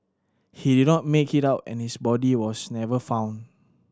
he did not make it out and his body was never found